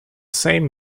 same